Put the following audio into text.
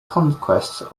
conquests